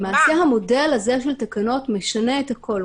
למעשה המודל הזה של תקנות משנה את הכול,